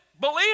Believe